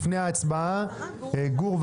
לפני הצבעה גור,